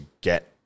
get